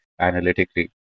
analytically